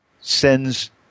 sends